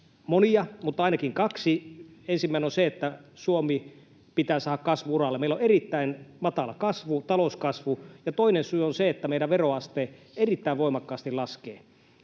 monia, mutta ainakin kaksi. Ensimmäinen on se, että Suomi pitää saada kasvu-uralle, meillä on erittäin matala talouskasvu. Ja toinen syy on se, että meidän veroaste erittäin voimakkaasti laskee.